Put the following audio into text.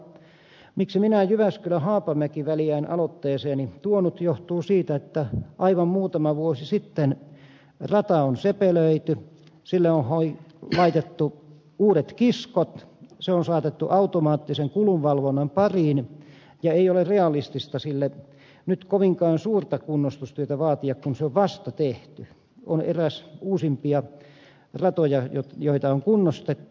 miksi minä jyväskylähaapamäki väliä en aloitteeseeni tuonut johtuu siitä että aivan muutama vuosi sitten rata on sepelöity sille on laitettu uudet kiskot se on saatettu automaattisen kulunvalvonnan pariin ja ei ole realistista sille nyt kovinkaan suurta kunnostustyötä vaatia kun se on vasta tehty on eräs uusimpia ratoja joita on kunnostettu